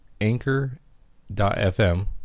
Anchor.fm